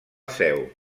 seu